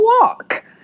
walk